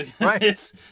right